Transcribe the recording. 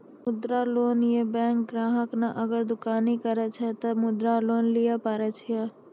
मुद्रा लोन ये बैंक ग्राहक ने अगर दुकानी करे छै ते मुद्रा लोन लिए पारे छेयै?